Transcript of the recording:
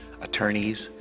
attorneys